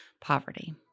poverty